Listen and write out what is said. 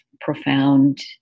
profound